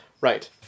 Right